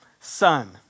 son